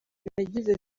nagize